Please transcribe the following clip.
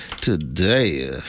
today